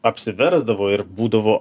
apsiversdavo ir būdavo